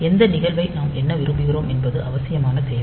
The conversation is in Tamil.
எந்த நிகழ்வை நாம் எண்ண விரும்புகிறோம் என்பது அவசியமான தேவை